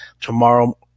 tomorrow